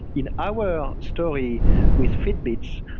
in our story with fitbits,